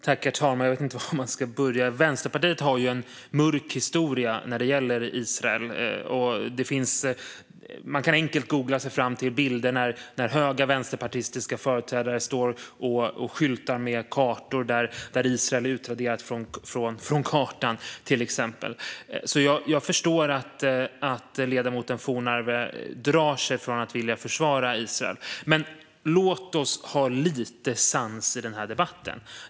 Herr talman! Jag vet inte var man ska börja. Vänsterpartiet har en mörk historia när det gäller Israel. Man kan enkelt googla sig fram till bilder där höga vänsterpartistiska företrädare till exempel står och skyltar med kartor där Israel är utraderat. Jag förstår därför att ledamoten Johnsson Fornarve drar sig för att försvara Israel. Men låt oss ha lite sans i debatten!